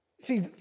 See